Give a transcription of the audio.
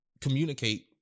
communicate